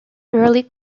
early